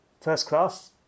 first-class